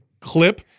clip